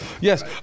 Yes